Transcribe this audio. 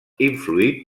influït